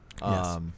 Yes